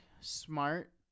smart